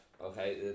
Okay